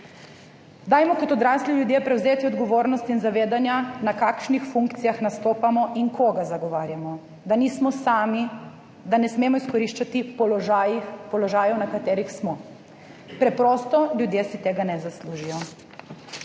Dajmo kot odrasli ljudje prevzeti odgovornost in zavedanja, na kakšnih funkcijah nastopamo in koga zagovarjamo, da nismo sami, da ne smemo izkoriščati položajev, na katerih smo. Preprosto si ljudje tega ne zaslužijo.